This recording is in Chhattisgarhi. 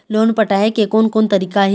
लोन पटाए के कोन कोन तरीका हे?